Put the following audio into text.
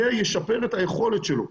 זה ישפר את היכולת שלו.